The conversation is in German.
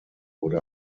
wurde